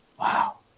Wow